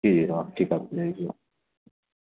जी हाँ ठीक है आप ले जाइए